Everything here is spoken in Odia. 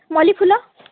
ମଲ୍ଲୀ ଫୁଲ